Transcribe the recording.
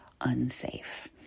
unsafe